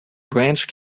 branch